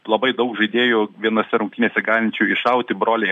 labai daug žaidėjų vienose rungtynėse galinčių iššauti broliai